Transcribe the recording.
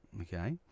Okay